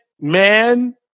man